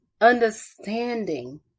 understanding